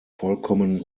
vollkommen